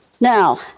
Now